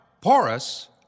porous